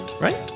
Right